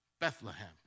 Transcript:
Bethlehem